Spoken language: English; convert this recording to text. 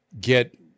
get